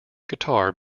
guitar